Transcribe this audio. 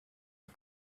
you